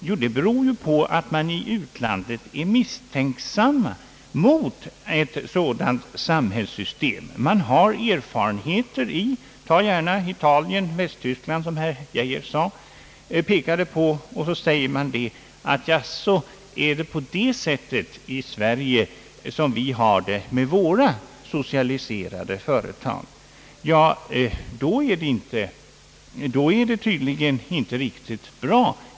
Jo, det beror på att man i andra länder är misstänksam mot ett socialistiskt samhällssystem såsom man uppfattar vårt. Vi har erfarenheter av den saken 1 flera länder — ta gärna Italien och Västtyskland, som herr Geijer pekade på — där man säger: är det så att man har det i Sverige på samma sätt som vi med våra socialiserade företag, då är det tydligen inte riktigt bra.